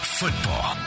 football